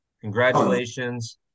congratulations